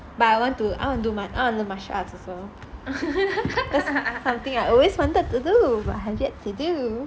but I want to I want to do my martial arts also that's something I always wanted to do but have yet to do